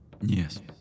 Yes